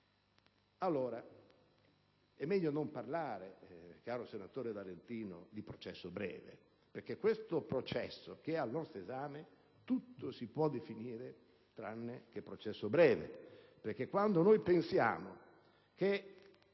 realtà è meglio non parlare, caro senatore Valentino, di processo breve, perché il processo che è al nostro esame tutto si può definire tranne che processo breve. Quando pensiamo che